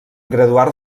graduar